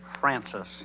Francis